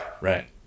Right